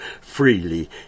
freely